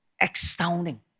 astounding